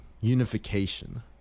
unification